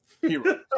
Hero